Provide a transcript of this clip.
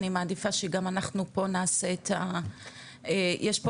אני מעדיפה שגם אנחנו פה נעשה את ה- יש פה